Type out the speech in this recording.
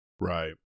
Right